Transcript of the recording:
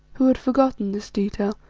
who had forgotten this detail,